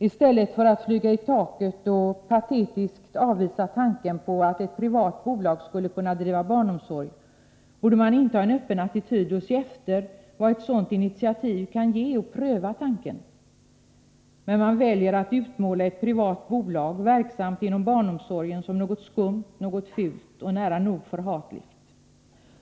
I stället för att flyga i taket och patetiskt avvisa tanken att ett privat bolag skulle kunna driva barnomsorg, borde man inta en öppen attityd och se efter vad ett sådant initiativ kan ge samt pröva den tanken. Men man väljer att utmåla ett privat bolag verksamt inom barnomsorgen som något skumt, något fult och nära nog förhatligt.